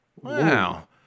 Wow